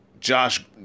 Josh